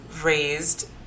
raised